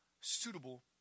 suitable